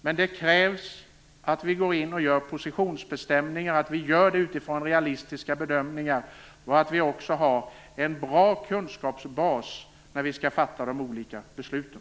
Men det krävs att vi gör positionsbestämningar utifrån realistiska bedömningar och har en bra kunskapsbas när vi skall fatta de olika besluten.